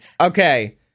Okay